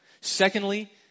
Secondly